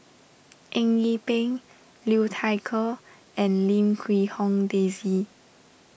Eng Yee Peng Liu Thai Ker and Lim Quee Hong Daisy